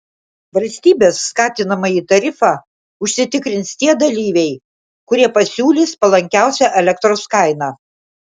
valstybės skatinamąjį tarifą užsitikrins tie dalyviai kurie pasiūlys palankiausią elektros kainą